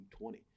20